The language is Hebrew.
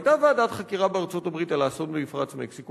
היתה ועדת חקירה בארצות-הברית על האסון במפרץ מקסיקו,